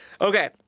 Okay